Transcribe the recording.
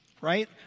Right